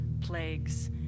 plagues